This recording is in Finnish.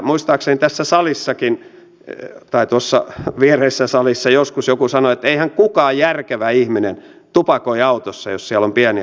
muistaakseni tässä salissakin tai tuossa viereisessä salissa joskus joku sanoi että eihän kukaan järkevä ihminen tupakoi autossa jos siellä on pieniä lapsia